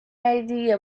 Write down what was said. idea